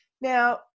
Now